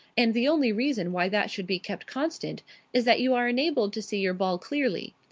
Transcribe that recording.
and the only reason why that should be kept constant is that you are enabled to see your ball clearly.